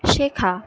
শেখা